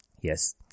Yes